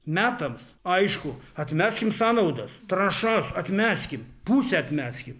metams aišku atmeskim sąnaudas trąšas atmeskim pusę atmeskim